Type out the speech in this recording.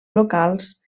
locals